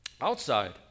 Outside